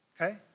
Okay